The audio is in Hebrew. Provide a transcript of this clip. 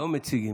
לא מציגים.